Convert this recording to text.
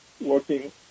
working